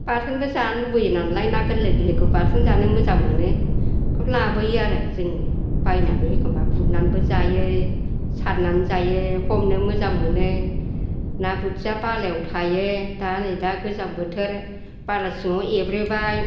बाथोनबो जानो लुगैयो नालाय ना गोरलै गोरलैखौ बाथोन जानो मोजां मोनो बेखौ लाबोयो आरो जोङो बायनानै एखमबा गुरनानैबो जायो सारनानै जायो हमनो मोजां मोनो ना बोथिया बालायाव थायो दा नै दा गोजां बोथोर बाला सिंआव एब्रेबाय